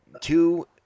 two